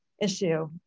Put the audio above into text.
Issue